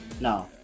No